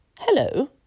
Hello